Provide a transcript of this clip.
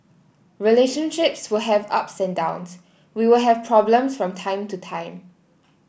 relationships will have ups and downs we will have problems from time to time